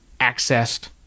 accessed